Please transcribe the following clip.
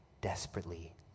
desperately